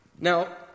Now